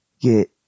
get